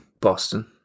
Boston